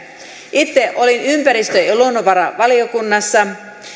itse olin ympäristö ja ja luonnonvaravaliokunnassa